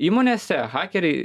įmonėse hakeriai